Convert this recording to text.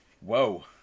Whoa